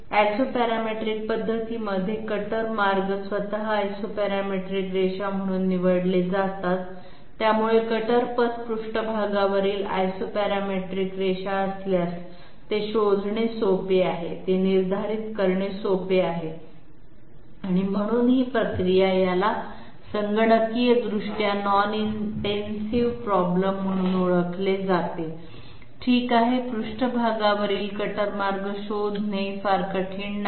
Isoparametric पद्धतीमध्ये cutter मार्ग स्वतः Isoparametric रेषा म्हणून निवडले जातात त्यामुळे कटर पथ पृष्ठभागावरील Isoparametric रेषा असल्यास ते शोधणे सोपे आहे ते निर्धारित करणे सोपे आहे आणि म्हणून ही प्रक्रिया याला संगणकीयदृष्ट्या नॉन इंटेन्सिव्ह प्रॉब्लेम म्हणून ओळखले जाते ठीक आहे पृष्ठभागावरील कटर मार्ग शोधणे फार कठीण नाही